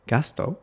Gasto